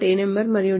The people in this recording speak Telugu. ano మరియు d